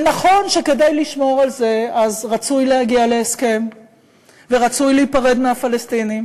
נכון שכדי לשמור על זה רצוי להגיע להסכם ורצוי להיפרד מהפלסטינים